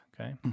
Okay